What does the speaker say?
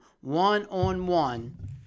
one-on-one